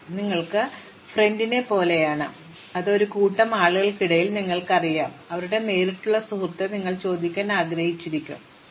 അതിനാൽ നിങ്ങൾക്ക് സുഹൃത്തിനെപ്പോലെ ഒരു ബന്ധമുണ്ടെന്ന് കരുതുക അതിനാൽ ഒരു കൂട്ടം ആളുകൾക്കിടയിൽ നിങ്ങൾക്കറിയാം ആരാണ് അവരുടെ നേരിട്ടുള്ള സുഹൃത്ത് അപ്പോൾ നിങ്ങൾ ചോദിക്കാൻ ആഗ്രഹിച്ചേക്കാം ആർക്കാണ് പരോക്ഷമായി അറിയാം